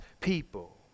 people